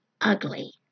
ugly